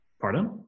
Pardon